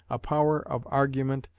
a power of argument,